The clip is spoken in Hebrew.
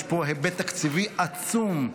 יש פה היבט תקציבי עצום.